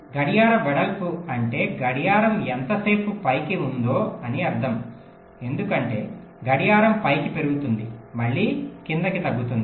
గడియారం వెడల్పు అంటే గడియారం ఎంతసేపు పైకి ఉందో అని అర్థం ఎందుకంటే గడియారం పైకి పెరుగుతుంది మళ్లీ కిందికి తగ్గుతుంది